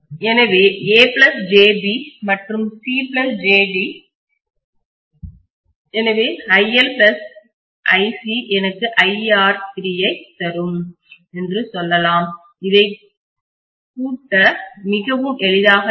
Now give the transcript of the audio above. எனவே ajb மற்றும் cjd எனவே iLiC எனக்கு iR3 ஐத் தரும் என்று சொல்லலாம் அதை கூட்டசேர்க்க மிகவும் எளிதாக இருக்கும்